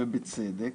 ובצדק,